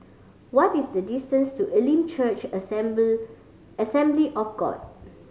what is the distance to Elim Church Assembly of God